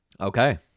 Okay